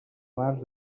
març